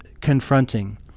confronting